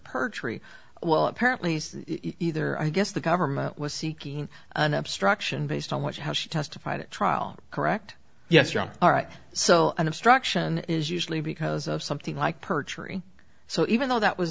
perjury well apparently either i guess the government was seeking an obstruction based on what how she testified at trial correct yes or no all right so an obstruction is usually because of something like perjury so even though that was